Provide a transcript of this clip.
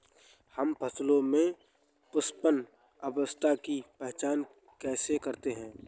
हम फसलों में पुष्पन अवस्था की पहचान कैसे करते हैं?